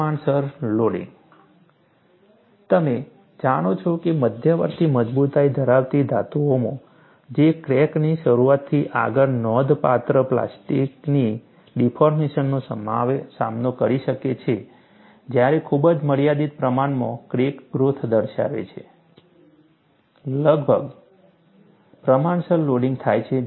પ્રમાણસર લોડીંગ તમે જાણો છો કે મધ્યવર્તી મજબૂતાઈ ધરાવતી ધાતુઓમાં જે ક્રેકની શરૂઆતથી આગળ નોંધપાત્ર પ્લાસ્ટિકની ડિફોર્મેશનનો સામનો કરી શકે છે જ્યારે ખૂબ જ મર્યાદિત પ્રમાણમાં ક્રેક ગ્રોથ દર્શાવે છે લગભગ પ્રમાણસર લોડિંગ થાય છે